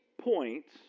Points